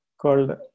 called